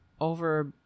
over